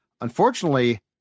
unfortunately